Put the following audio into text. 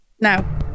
now